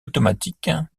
automatique